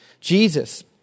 Jesus